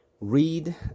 read